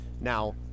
Now